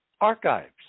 archives